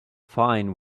fine